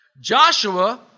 Joshua